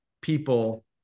people